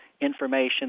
information